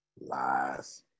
Lies